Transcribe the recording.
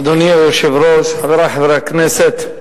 אדוני היושב-ראש, חברי חברי הכנסת,